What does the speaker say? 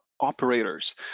operators